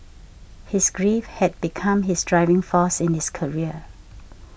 his grief had become his driving force in his career